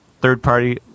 third-party